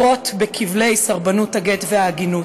שלנו להביא לחירות של נשים שאסורות בכבלי סרבנות הגט והעגינות.